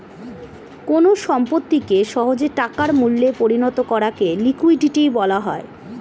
কোন সম্পত্তিকে সহজে টাকার মূল্যে পরিণত করাকে লিকুইডিটি বলা হয়